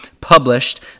published